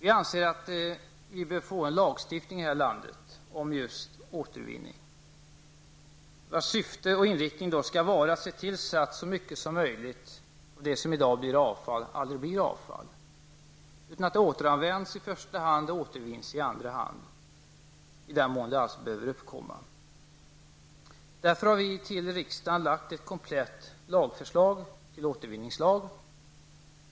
Vi anser att vi bör få en lagstiftning här i landet om just återvinning, vars syfte och inriktning skall vara att vi skall kunna se till att så mycket som möjligt att det som i dag blir avfall aldrig blir avfall utan att det i första hand återanvänds och i andra hand återanvänds, i den mån det alls behöver förekomma. Vi har därför i riksdagen lagt fram ett komplett förslag till en återvinningslag.